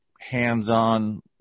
hands-on